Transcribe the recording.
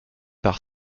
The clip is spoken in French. par